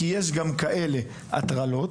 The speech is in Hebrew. יש גם כאלה הטרלות